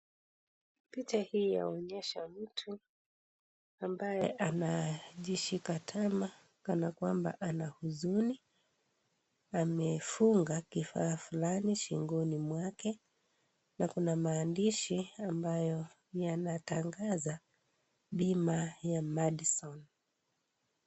Picha hii inaonyesha mtu ambaye anajishika tama kana kwamba ana huzuni amefunga kifaa Fulani shingoni mwake na Kuna maandishi ambayo yanatangaza bima ya Madison.